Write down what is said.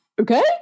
okay